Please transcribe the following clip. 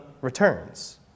returns